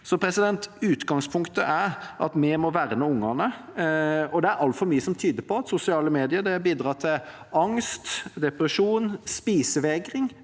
er eldre. Utgangspunktet er at vi må verne om ungene. Det er altfor mye som tyder på at sosiale medier bidrar til angst, depresjon og spisevegring